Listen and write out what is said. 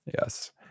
Yes